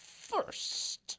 first